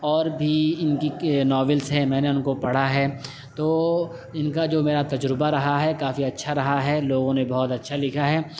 اور بھی ان کی ناولس ہیں میں نے ان کو پڑھا ہے تو ان کا جو میرا تجربہ رہا ہے کافی اچھا رہا ہے لوگوں نے بہت اچھا لکھا ہے